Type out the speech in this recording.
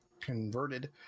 converted